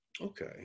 Okay